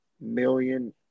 million